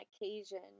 occasion